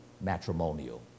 matrimonial